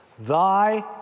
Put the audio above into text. Thy